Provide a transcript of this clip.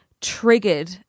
triggered